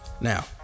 Now